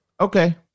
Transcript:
okay